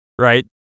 right